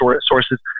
sources